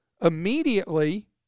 immediately